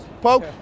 Poke